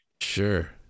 Sure